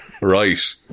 Right